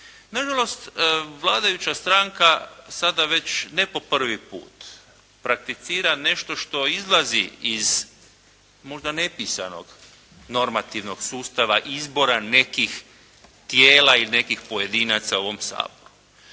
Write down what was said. Na žalost vladajuća stranka sada već ne po prvi puta prakticira nešto što izlazi iz možda nepisanog normativnog sustava izbora nekih tijela i nekih pojedinaca u ovom Saboru.